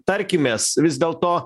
tarkimės vis dėlto